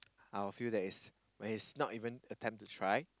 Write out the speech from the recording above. I will feel that is when is not even attempt to try